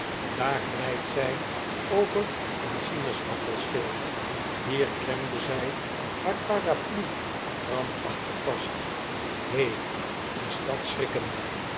daar glijdt zij over een sinaasappelschil hier klemde zij haar paraplu krampachtig vast he is dat schrikken